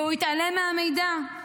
והוא התעלם מהמידע.